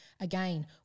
Again